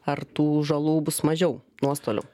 ar tų žalų bus mažiau nuostolių